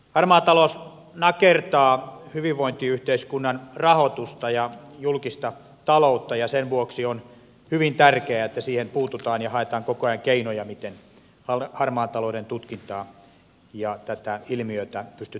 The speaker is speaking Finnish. harmaa talous nakertaa hyvinvointiyhteiskunnan rahoitusta ja julkista taloutta ja sen vuoksi on hyvin tärkeää että siihen puututaan ja haetaan koko ajan keinoja miten harmaan talouden tutkintaa ja tätä ilmiötä pystytään hallitsemaan